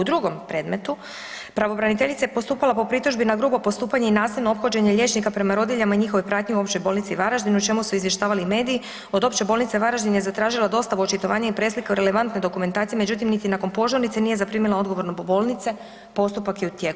U drugom predmetu pravobraniteljica je postupala po pritužbi na grubo postupanje i nasilno ophođenje liječnika prema rodiljama i njihovoj pratnji u Općoj bolnici Varaždin o čemu su izvještavali mediji, od Opće bolnice Varaždin je zatražilo dostavu očitovanja i presliku relevantne dokumentacije međutim, niti nakon požurnice nije zaprimila odgovor od bolnice, postupak je u tijeku.